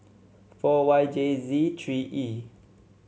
four Y J Z three E